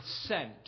Sent